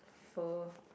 fur